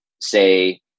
say